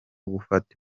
gufata